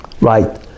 right